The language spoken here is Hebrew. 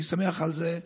אני שמח על זה.